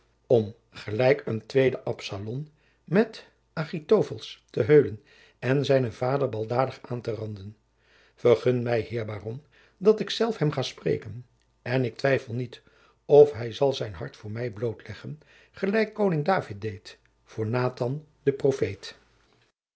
om gelijk een tweede absalon niet achitophels te heulen en zijnen vader baldadig aan te randen vergun mij heer baron dat ik zelf hem ga spreken en ik twijfel niet of hij zal zijn hart voor mij blootleggen gelijk koning david deed voor nathan den profeet